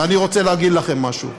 ואני רוצה להגיד לכם משהו,